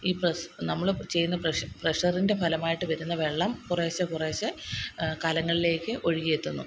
ഈ പ്രസ്സ് നമ്മൾ ചെയ്യുന്ന പ്രഷ് പ്രഷറിന്റെ ഫലമായിട്ട് വരുന്ന വെള്ളം കുറെശ്ശെ കുറെശ്ശെ കലങ്ങളിലേക്ക് ഒഴികി എത്തുന്നു